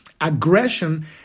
aggression